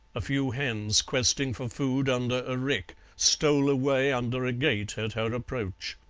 a few hens, questing for food under a rick, stole away under a gate at her approach.